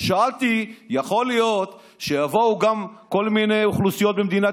שאלתי: יכול להיות שיבואו כל מיני אוכלוסיות במדינת